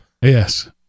Yes